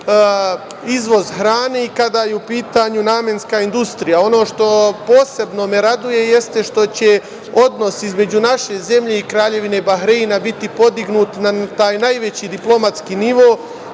izvoz hrane i kada je u pitanju namenska industrija. Ono što me posebno raduje jeste što će odnos između naše zemlje i Kraljevine Bahreina biti podignut na taj najveći diplomatski nivo,